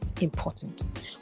important